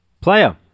Player